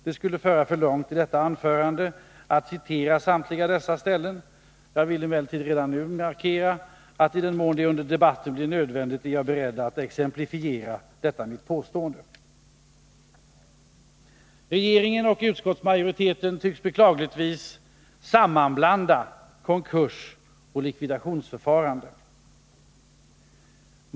Det skulle föra för långt i detta anförande att citera samtliga dessa ställen. Jag vill emellertid redan nu markera att i den mån det under debatten blir nödvändigt är jag beredd att exemplifiera detta mitt påstående. Regeringen och utskottsmajoriteten tycks beklagligtvis sammanblanda konkurs och likvidationsförfarande.